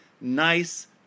nice